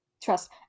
trust